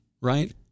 right